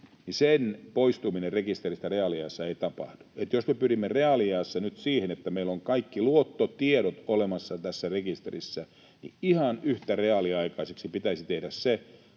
sen poistuminen rekisteristä ei tapahdu reaaliajassa. Jos me pyrimme reaaliajassa nyt siihen, että meillä on kaikki luottotiedot olemassa tässä rekisterissä, niin ihan yhtä reaaliaikaiseksi pitäisi tehdä se,